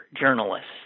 journalists